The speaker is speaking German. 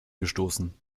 gestoßen